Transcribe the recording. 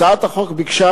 הצעת החוק ביקשה,